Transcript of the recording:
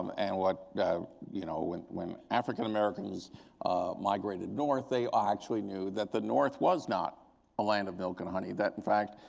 um and what you know, when when african americans migrated north, they actually knew that the north was not a land of milk and honey. that, in fact,